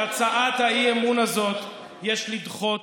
יש לדחות,